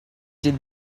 did